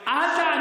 בבוקר.